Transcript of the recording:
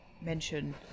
mention